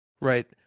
Right